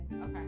okay